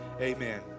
Amen